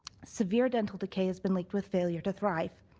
severe dental decay has been linked with failure to thrive.